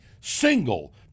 single